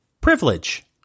Privilege